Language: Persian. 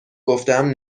گفتهام